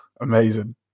amazing